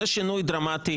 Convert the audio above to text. זה שינוי דרמטי.